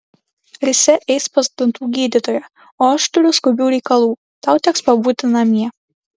risia eis pas dantų gydytoją o aš turiu skubių reikalų tau teks pabūti namie